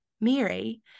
Mary